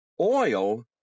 oil